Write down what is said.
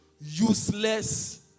Useless